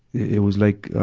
it was like, ah,